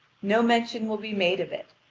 no mention will be made of it,